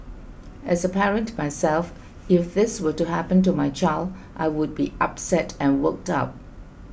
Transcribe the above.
as a parent myself if this were to happen to my child I would be upset and worked up